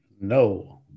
No